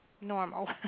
normal